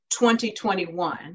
2021